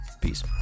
Peace